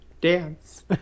dance